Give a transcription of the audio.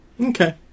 Okay